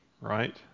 right